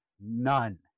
None